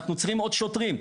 אנחנו צריכים עוד שוטרים.